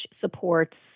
supports